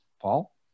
Paul